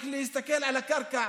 רק להסתכל על הקרקע,